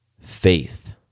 faith